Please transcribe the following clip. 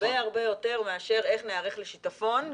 הרבה יותר מאשר איך ניערך לשיטפון,